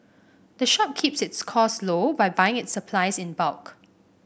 the shop keeps its cost low by buying its supplies in bulk